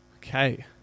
Okay